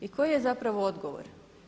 I koji je zapravo odgovor?